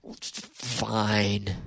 Fine